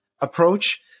approach